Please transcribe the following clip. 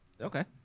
Okay